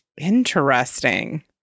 Interesting